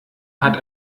hat